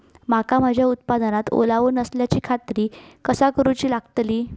मका माझ्या उत्पादनात ओलावो नसल्याची खात्री कसा करुची लागतली?